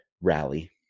rally